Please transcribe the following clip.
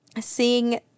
seeing